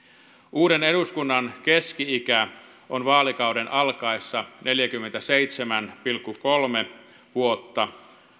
uuden eduskunnan keski ikä on vaalikauden alkaessa neljäkymmentäseitsemän pilkku kolme vuotta